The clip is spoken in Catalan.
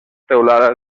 teulada